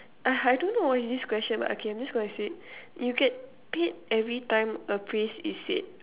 I don't know what is this question but okay I'm just gonna say it you get paid every time a phrase it said